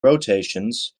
rotations